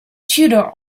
tudor